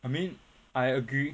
I mean I agree